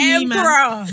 emperor